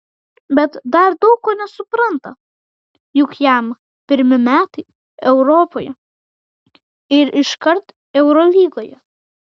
bet dar daug ko nesupranta juk jam pirmi metai europoje ir iškart eurolygoje